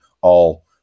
all-